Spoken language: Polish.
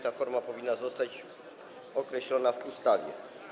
Ta forma powinna zostać określona w ustawie.